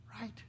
right